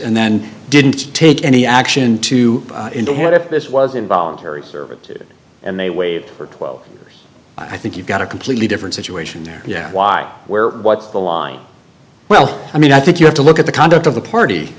and then didn't take any action to the head if this was involuntary servitude and they waived for twelve years i think you've got a completely different situation there yeah why where what's the line well i mean i think you have to look at the conduct of the party